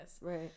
Right